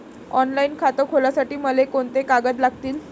Online खातं खोलासाठी मले कोंते कागद लागतील?